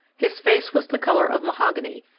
his face was the colour of mahogany,